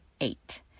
eight